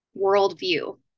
worldview